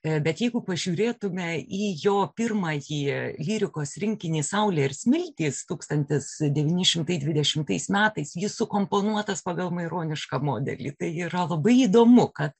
bet jeigu pažiūrėtumėme į jo pirmąjį lyrikos rinkinį saulė ir smiltys tūkstantis devyni šintai dvidešimtais metais jis sukomponuotas pagal maironišką modelį tai yra labai įdomu kad